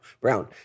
Brown